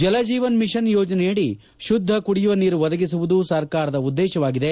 Jal Jeevan mission ಯೋಜನೆಯಡಿ ಶುದ್ಧ ಕುಡಿಯುವ ನೀರು ಒದಗಿಸುವುದು ಸರ್ಕಾರದ ಉದ್ದೇಶವಾಗಿದೆ